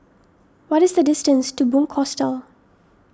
what is the distance to Bunc Hostel